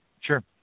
Sure